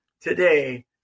today